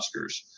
Oscars